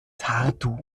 tartu